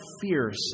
fierce